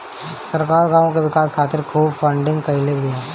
सरकार गांव के विकास खातिर खूब फंडिंग कईले बिया